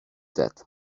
that